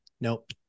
nope